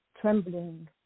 Trembling